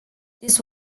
this